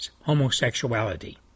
homosexuality